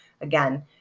Again